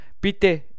bitte